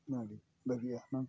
ᱟᱹᱰᱤ ᱵᱷᱟᱹᱜᱤᱜᱼᱟ ᱦᱩᱱᱟᱹᱝ